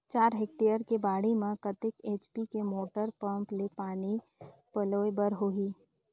चार हेक्टेयर के बाड़ी म कतेक एच.पी के मोटर पम्म ले पानी पलोय बर होही?